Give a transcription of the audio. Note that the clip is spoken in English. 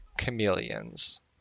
chameleons